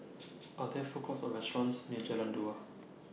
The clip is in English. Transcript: Are There Food Courts Or restaurants near Jalan Dua